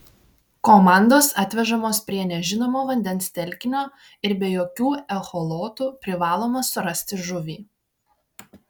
komandos atvežamos prie nežinomo vandens telkinio ir be jokių echolotų privaloma surasti žuvį